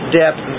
depth